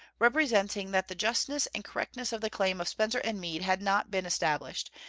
representing that the justness and correctness of the claim of spencer and mead had not been established,